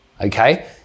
okay